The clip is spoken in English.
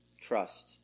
trust